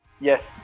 Yes